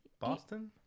boston